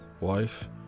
wife